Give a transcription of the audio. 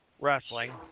wrestling